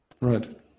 Right